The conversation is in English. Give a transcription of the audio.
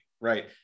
right